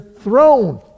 throne